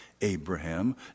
Abraham